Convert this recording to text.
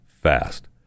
fast